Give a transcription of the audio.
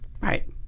Right